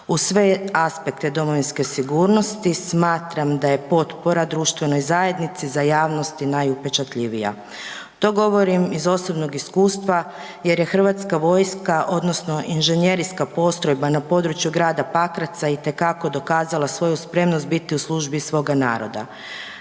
Uz sve aspekte domovinske sigurnosti smatram da je potpora društvenoj zajednici za javnosti najupečatljivija. To govorim iz osobnog iskustva jer je Hrvatska vojska odnosno inženjeriska postrojba na području grada Pakraca itekako dokazala svoju spremnost biti u službi svoga naroda.